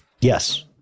Yes